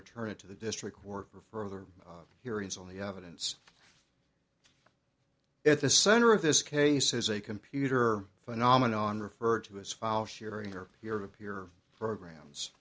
return it to the district work for further hearings on the evidence at the center of this case is a computer phenomenon referred to as file sharing or europe your programs